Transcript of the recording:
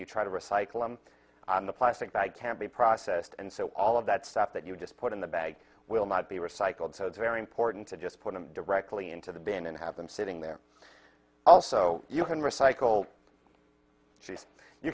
you try to recycle them the plastic bag can't be processed and so all of that stuff that you just put in the bag will not be recycled so it's very important to just put them directly into the bin and have them sitting there also you can recycle trees you